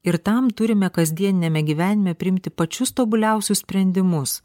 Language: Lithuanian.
ir tam turime kasdieniniame gyvenime priimti pačius tobuliausius sprendimus